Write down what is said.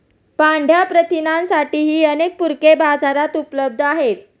पांढया प्रथिनांसाठीही अनेक पूरके बाजारात उपलब्ध आहेत